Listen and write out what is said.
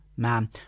man